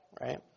right